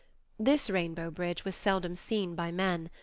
this rainbow bridge was seldom seen by men.